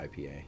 IPA